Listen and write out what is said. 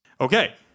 Okay